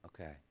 Okay